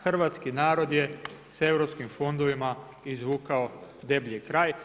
Hrvatski narod je sa europskim fondovima izvukao deblji kraj.